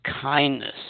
kindness